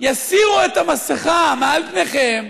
יסירו את המסכה מעל פניכם,